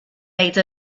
made